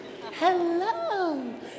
hello